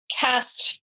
cast